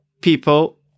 people